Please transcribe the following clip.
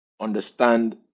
understand